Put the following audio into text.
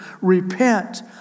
Repent